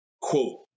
quote